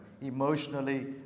emotionally